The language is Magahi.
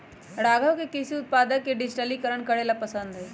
राघव के कृषि उत्पादक के डिजिटलीकरण करे ला पसंद हई